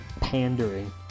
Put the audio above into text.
pandering